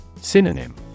Synonym